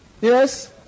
Yes